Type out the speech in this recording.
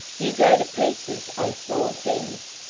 you go to pieces on small things,